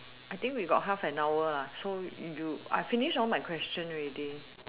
I think we got half an hour ah so you I finish all my question ready